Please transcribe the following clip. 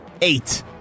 eight